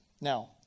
Now